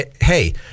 hey